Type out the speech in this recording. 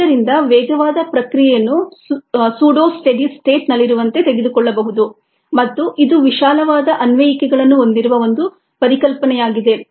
ಆದ್ದರಿಂದ ವೇಗವಾದ ಪ್ರಕ್ರಿಯೆಯನ್ನು ಸೂಡೋ ಸ್ಟೆಡಿ ಸ್ಟೇಟ್ ನಲ್ಲಿರುವಂತೆ ತೆಗೆದುಕೊಳ್ಳಬಹುದು ಮತ್ತು ಇದು ವಿಶಾಲವಾದ ಅನ್ವಯಿಕೆಗಳನ್ನು ಹೊಂದಿರುವ ಒಂದು ಪರಿಕಲ್ಪನೆಯಾಗಿದೆ